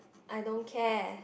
I don't care